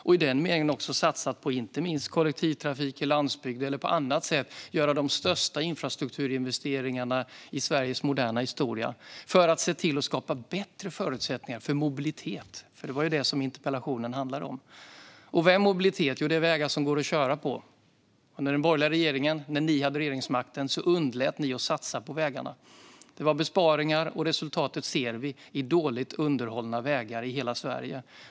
Vi har också satsat på kollektivtrafik på landsbygden, och vi har gjort de största infrastrukturinvesteringarna i Sveriges moderna historia för att se till att skapa bättre förutsättningar för mobilitet. Det var nämligen det interpellationen handlade om. Och vad är mobilitet? Jo, det är vägar som går att köra på. När den borgerliga regeringen hade regeringsmakten underlät man att satsa på vägarna. Det var besparingar, och resultatet ser vi i form av dåligt underhållna vägar i hela Sverige.